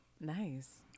Nice